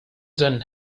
seinen